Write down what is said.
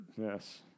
Yes